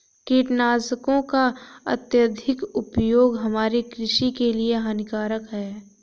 कीटनाशकों का अत्यधिक उपयोग हमारे कृषि के लिए हानिकारक है